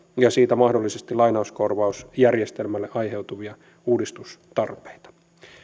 ja siitä mahdollisesti lai nauskorvausjärjestelmälle aiheutuvia uudistustarpeita